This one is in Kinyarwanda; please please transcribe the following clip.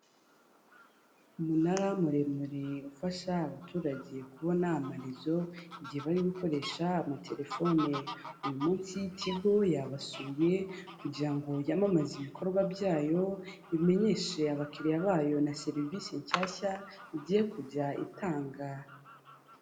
Umunara muremure ufasha abaturage kubona amarezo, igihe bari gukoresha amatelefone, uyu munsi, Tigo yabasuye kugira ngo yamamaze ibikorwa byayo, imenyeshe abakiriya bayo na serivisi nshyashya igiye kujya itanga.